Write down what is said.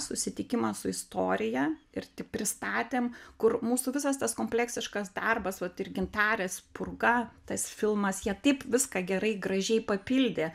susitikimas su istorija ir tik pristatėm kur mūsų visas tas kompleksiškas darbas vat ir gintarės purga tas filmas jie taip viską gerai gražiai papildė